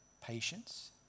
patience